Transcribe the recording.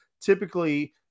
typically